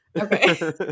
okay